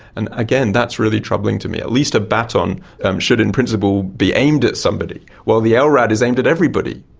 and again, that's really troubling to me. at least a baton should in principle be aimed at somebody, while the ah lrad is aimed at everybody.